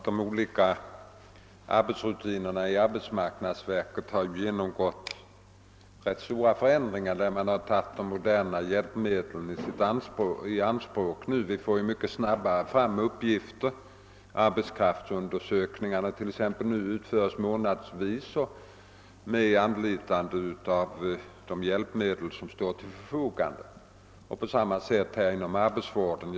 Herr talman! Arbetsrutinerna i arbetsmarknadsverket har «genomgått ganska stora förändringar när man har tagit de moderna hjälpmedlen i anspråk. Man får ju mycket snabbare fram uppgifter nu när arbetskraftsundersökningarna utförs månadsvis och man anlitar de tekniska hjälpmedel som nu står till förfogande. På samma sätt är det inom arbetsvården.